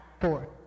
four